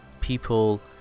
People